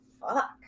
fuck